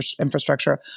infrastructure